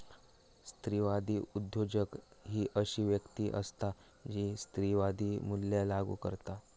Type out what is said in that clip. स्त्रीवादी उद्योजक ही अशी व्यक्ती असता जी स्त्रीवादी मूल्या लागू करता